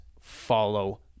Follow